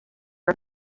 are